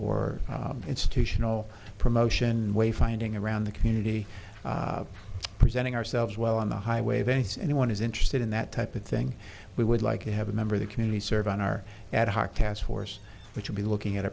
institutional promotion way finding around the community presenting ourselves well on the highway events anyone is interested in that type of thing we would like to have a member of the community serve on our ad hoc task force which will be looking at